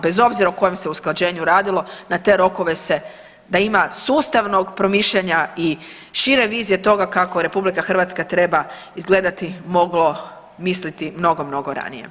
Bez obzira o kojem se usklađenju radilo, na te rokove se, da ima sustavnog promišljanja i šire vizije toga kako RH treba izgledati moglo misliti mnogo, mnogo ranije.